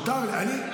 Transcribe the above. מותר לי.